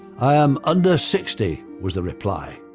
i am under sixty was the reply.